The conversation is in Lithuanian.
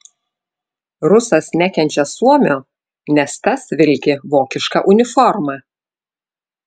rusas nekenčia suomio nes tas vilki vokišką uniformą